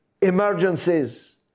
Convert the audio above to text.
emergencies